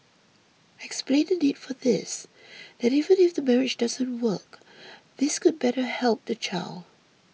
explain the need for this that even if the marriage doesn't work this could better help the child